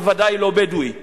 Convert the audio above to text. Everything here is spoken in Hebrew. בוודאי לא בדואי מהנגב.